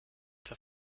für